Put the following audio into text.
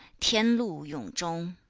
tian lu yong zhong.